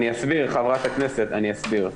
חברת הכנסת, אני אסביר.